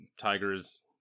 Tiger's